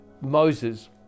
Moses